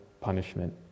punishment